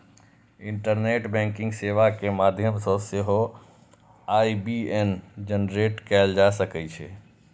internet banking सेवा के माध्यम सं सेहो आई.बी.ए.एन जेनरेट कैल जा सकै छै